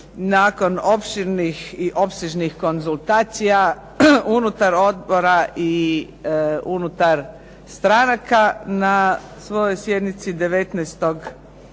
Nakon opširnih i opsežnih konzultacija, unutar odbora i unutar stranaka, na svojoj sjednici 19.11.